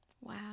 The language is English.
Wow